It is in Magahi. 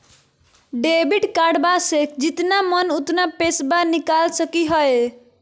डेबिट कार्डबा से जितना मन उतना पेसबा निकाल सकी हय?